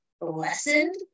lessened